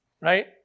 right